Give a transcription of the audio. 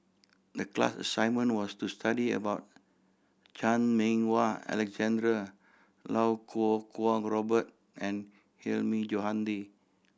the class assignment was to study about Chan Meng Wah Alexander Iau Kuo Kwong Robert and Hilmi Johandi